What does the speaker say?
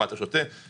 שיח סביב קפה,